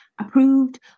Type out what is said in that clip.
approved